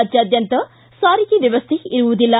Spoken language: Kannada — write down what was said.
ರಾಜ್ಯಾದ್ಯಂತ ಸಾರಿಗೆ ವ್ಯವಸ್ಥೆ ಇರುವುದಿಲ್ಲ